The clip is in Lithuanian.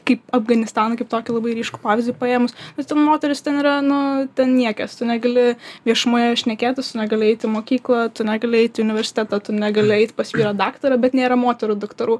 kaip afganistaną kaip tokį labai ryškų pavyzdį paėmus vis tik moterys ten yra nu ten niekas tu negali viešumoje šnekėtis tu negali eit į mokyklą tu negali eit į universitetą tu negali eiti pas vyrą daktarą bet nėra moterų daktarų